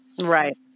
right